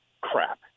crap